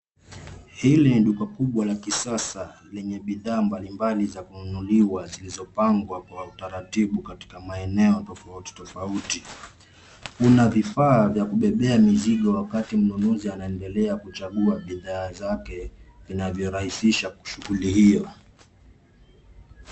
Hili ni duka kubwa la kisasa lenye bidhaa mbalimbali za kununuliwa zilizo pangwa kwa utaratibu katika maeneo tofauti tofauti. Kuna vifaa vya kubebea mizigo wakati mnunuzi anaendeleza kuchagua bidhaa zake vinavyo rahihisha shughuli hiyo.